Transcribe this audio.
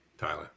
Tyler